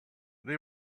they